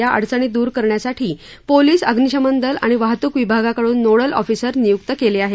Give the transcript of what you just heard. या अडचणी दूर करण्यासाठी पोलीस अग्निशमन दल आणि वाहतूक विभागाकडून नोडल ऑफिसर नियुक्त केले आहेत